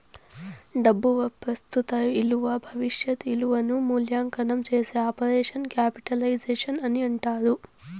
డబ్బు ప్రస్తుత ఇలువ భవిష్యత్ ఇలువను మూల్యాంకనం చేసే ఆపరేషన్ క్యాపిటలైజేషన్ అని అంటారు